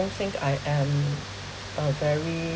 think I am a very